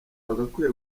wagakwiye